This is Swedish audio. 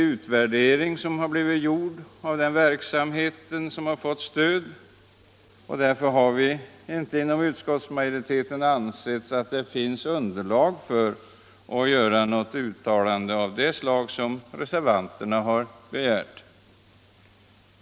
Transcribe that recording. Det har inte gjorts någon egentlig utvärdering av den verksamhet som fått stöd, och därför ha vi inte inom utskottsmajoriteten ansett att det finns underlag för något uttalande av det slag som reservanterna begär.